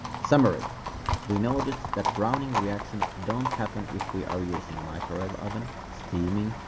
summary we noticed that browning reaction don't happen if we are using microwave oven, steaming,